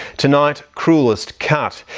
tonight, cruellest cut,